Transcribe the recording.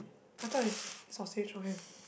I thought is sausage okay